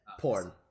porn